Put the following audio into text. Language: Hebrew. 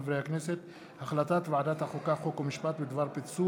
חבר הכנסת בר-לב מתווסף לפרוטוקול,